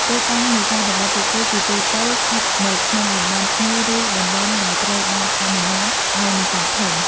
ទីតាំងនេសាទរបស់ពួកគេជាទូទៅស្ថិតនៅក្នុងតំបន់ ឆ្នេរ ឬតំបន់ដែលត្រូវបានអនុញ្ញាតឱ្យនេសាទធំ។